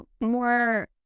more